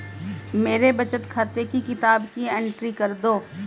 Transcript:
मेरे बचत खाते की किताब की एंट्री कर दो?